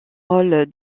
rôle